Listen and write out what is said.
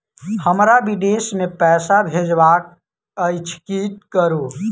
हमरा विदेश मे पैसा भेजबाक अछि की करू?